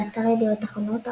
באתר "ידיעות אחרונות",